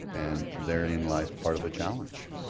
and therein lies part of the challenge.